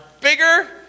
bigger